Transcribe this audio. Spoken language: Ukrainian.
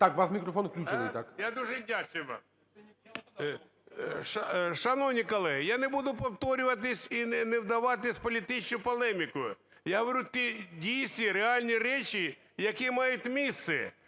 Так, у вас мікрофон включений, так. НІМЧЕНКО В.І. Я дуже вдячний вам. Шановні колеги, я не буду повторюватись і не вдаватися в політичну полеміку, я говорю ті дійсні, реальні речі, які мають місце,